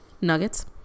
Nuggets